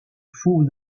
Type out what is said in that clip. faux